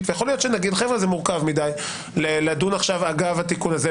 ואולי נגיד: זה מורכב מדי לדון עכשיו אגב התיקון הזה,